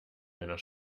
deiner